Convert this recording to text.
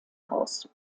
haus